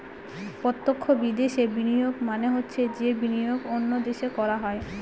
প্রত্যক্ষ বিদেশে বিনিয়োগ মানে হচ্ছে যে বিনিয়োগ অন্য দেশে করা হয়